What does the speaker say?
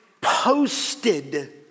posted